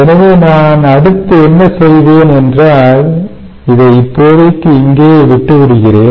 எனவே நான் அடுத்து என்ன செய்வேன் என்றால் இதை இப்போதைக்கு இங்கேயே விட்டு விடுகிறேன்